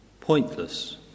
pointless